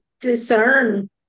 discern